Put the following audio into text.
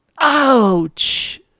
Ouch